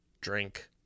drink